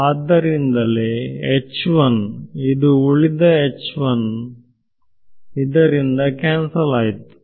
ಆದ್ದರಿಂದಲೇ ಇದು ಉಳಿದ ಇದರಿಂದ ಕ್ಯಾನ್ಸಲ್ ಆಯ್ತು